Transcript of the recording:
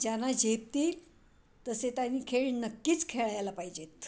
ज्यांना झेपतील तसे त्यांनी खेळ नक्कीच खेळायला पाहिजे आहेत